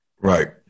Right